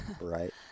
Right